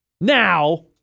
Now